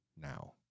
now